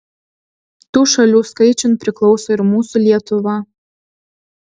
tų šalių skaičiun priklauso ir mūsų lietuva